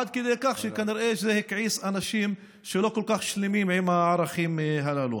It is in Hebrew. עד כדי כך שכנראה זה הכעיס אנשים שלא כל כך שלמים עם הערכים הללו.